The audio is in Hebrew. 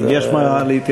אם יש מה להתייחס,